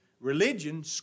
Religion